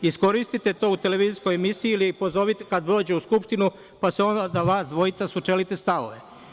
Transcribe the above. Iskoristite to u televizijskoj emisiji ili ga pozovite kada dođe u Skupštinu, pa onda vas dvojica sučelite stavove.